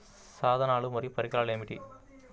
సాధనాలు మరియు పరికరాలు ఏమిటీ?